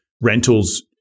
rentals